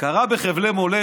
דרך אגב, הכרה בחבלי מולדת,